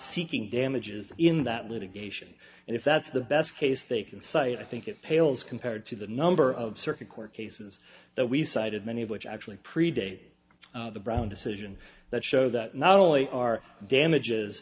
seeking damages in that litigation and if that's the best case they can cite i think it pales compared to the number of circuit court cases that we cited many of which actually predate the brown decision that show that not only are